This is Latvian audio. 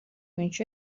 viņš